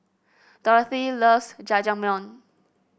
Dorothy loves Jajangmyeon